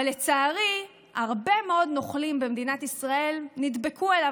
אבל לצערי הרב מאוד נוכלים במדינת ישראל נדבקו אליו.